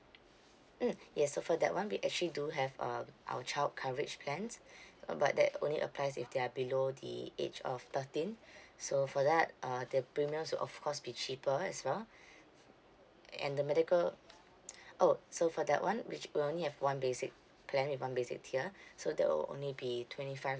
mm yes so for that one we actually do have um our child coverage plan uh but that only applies if they're below the age of thirteen so for that uh the premium should of course be cheaper as well and the medical oh so for that one which will only have one basic plan with one basic tier so that will only be twenty five